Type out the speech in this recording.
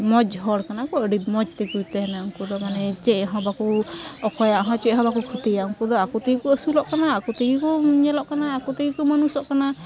ᱢᱚᱡᱽ ᱦᱚᱲ ᱠᱟᱱᱟᱠᱚ ᱟᱹᱰᱤ ᱢᱚᱡᱽᱠᱚ ᱛᱮᱦᱮᱱᱟ ᱩᱱᱠᱚᱫᱚ ᱢᱟᱱᱮ ᱪᱮᱫᱦᱚᱸ ᱵᱟᱠᱚ ᱚᱠᱚᱭᱟᱜᱦᱚᱸ ᱪᱮᱫᱦᱚᱸ ᱵᱟᱠᱚ ᱠᱷᱚᱛᱤᱭᱟ ᱩᱱᱠᱚᱫᱚ ᱟᱠᱚᱛᱮᱜᱮᱠᱚ ᱟᱹᱥᱩᱞᱚᱜ ᱠᱟᱱᱟ ᱟᱠᱚᱮᱜᱮᱠᱚ ᱧᱮᱞᱚᱜ ᱠᱟᱱᱟ ᱟᱠᱚᱛᱮᱜᱮ ᱠᱚ ᱢᱟᱹᱱᱩᱥᱚᱜ ᱠᱟᱱᱟ